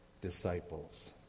disciples